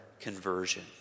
conversion